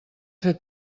fer